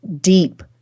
deep